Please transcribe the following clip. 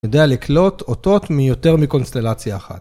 יודע לקלוט אותות מיותר מקונסטלציה אחת.